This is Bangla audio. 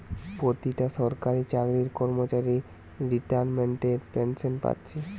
পোতিটা সরকারি চাকরির কর্মচারী রিতাইমেন্টের পেনশেন পাচ্ছে